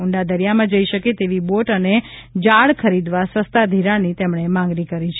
ઉંડા દરિયામાં જઇ શકે તેવી બોટ અને જાળ ખરીદવા સસ્તા ધિરાણની તેમણે માંગણી કરી છે